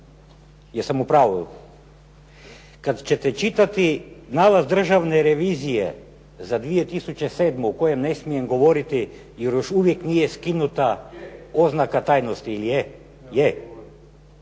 Jesam u pravu? Kad ćete čitati nalaz Državne revizije za 2007. o kojem ne smijem govoriti jer još uvijek nije skinuta oznaka tajnosti ili je? Je.